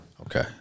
Okay